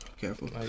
careful